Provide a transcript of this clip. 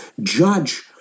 judge